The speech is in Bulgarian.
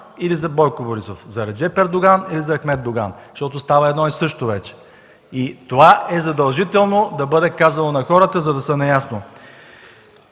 или за Бойко Борисов, за Реджеп Ердоган или за Ахмед Доган. Защото става едно и също вече. Задължително е това да бъде казано на хората, за да са наясно.